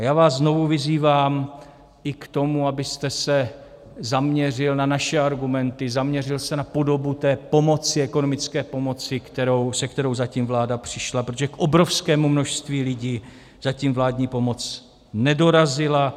Já vás znovu vyzývám i k tomu, abyste se zaměřil na naše argumenty, zaměřil se na podobu té pomoci, ekonomické pomoci, se kterou zatím vláda přišla, protože k obrovskému množství lidí zatím vládní pomoc nedorazila.